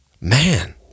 man